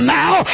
now